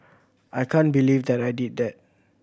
I can't believe that I did that